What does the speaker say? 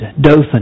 Dothan